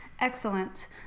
Excellent